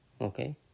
Okay